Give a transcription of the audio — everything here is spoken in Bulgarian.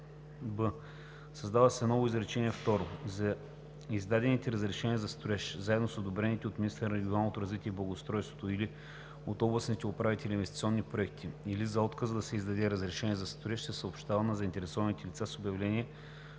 създава се ново изречение второ: „За издадените разрешения за строеж заедно с одобрените от министъра на регионалното развитие и благоустройството или от областните управители инвестиционни проекти или за отказа да се издадe разрешение за строеж се съобщава на заинтересуваните лица с обявление,